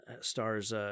stars